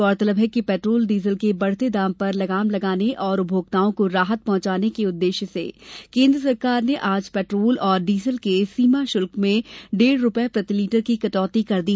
गौरतलब है कि पेट्रोल डीजल के बढ़ते दाम पर लगाम लगाने और उपभोक्ताओं को राहत पहुंचाने के उद्देश्य से केन्द्र सरकार ने आज पेट्रोल और डीजल के सीमा शुल्क में डेढ़ रुपये प्रति लीटर की कटौती कर दी